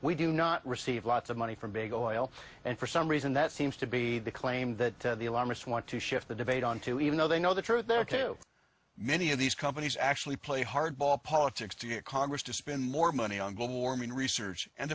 we do not receive lots of money from big oil and for some reason that seems to be the claim that the alarmists want to shift the debate onto even though they know the truth there too many of these companies actually play hardball politics to get congress to spend more money on global warming research and